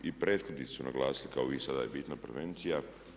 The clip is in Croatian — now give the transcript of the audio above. I prethodnici su naglasili kao i vi sada je bitna prevencija.